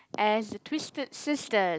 as the twisted sister